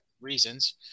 reasons